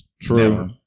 true